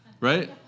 Right